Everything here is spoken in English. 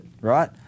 right